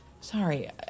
Sorry